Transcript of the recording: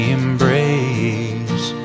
embrace